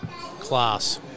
class